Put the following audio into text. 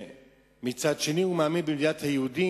ומצד שני הוא מאמין במדינת היהודים,